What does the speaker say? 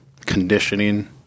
conditioning